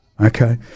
Okay